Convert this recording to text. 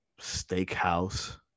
steakhouse